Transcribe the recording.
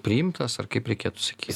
priimtas ar kaip reikėtų sakyt